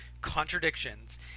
contradictions